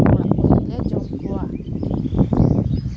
ᱚᱲᱟᱜ ᱠᱚᱨᱮ ᱞᱮ ᱡᱚᱢ ᱠᱚᱣᱟ